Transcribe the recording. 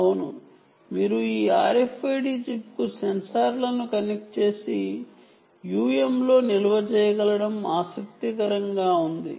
అవును మీరు ఈ RFID చిప్కు సెన్సార్లను కనెక్ట్ చేసి UM లో నిల్వ చేయగలగడం ఆసక్తికరంగా ఉంది